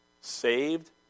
saved